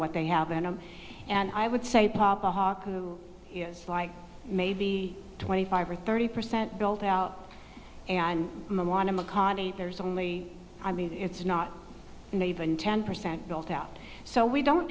what they have them and i would say papa haku is like maybe twenty five or thirty percent built out and there's only i mean it's not even ten percent built out so we don't